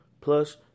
Plus